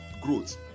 growth